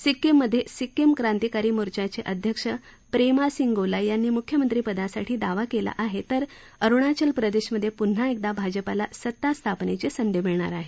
सिक्किम मध्ये सिक्किम क्रांतिकारी मोर्चाचे अध्यक्ष प्रेमासिंग गोलाय यांनी मुख्यमंत्री पदासाठी दावा केला आहे तर अरुणाचल प्रदेशमध्ये प्न्हा एकदा भाजपला सता स्थापनेची संधी मिळणार आहे